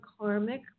karmic